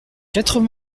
quatre